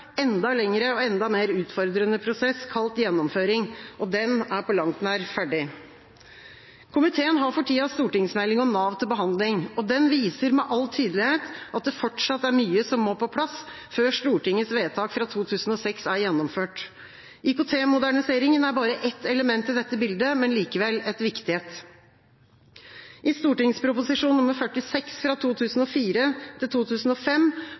enda lengre og enda mer utfordrende prosess kalt gjennomføring, og den er på langt nær ferdig. Komiteen har for tida stortingsmeldingen om Nav til behandling, og den viser med all tydelighet at det fortsatt er mye som må på plass før Stortingets vedtak fra 2006 er gjennomført. IKT-moderniseringen er bare ett element i dette bildet, men likevel et viktig et. I St.prp. nr. 46